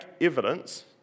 evidence